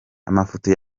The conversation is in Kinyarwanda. amafoto